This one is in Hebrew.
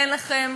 אין לכם